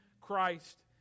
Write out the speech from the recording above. Christ